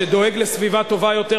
שדואג לסביבה טובה יותר,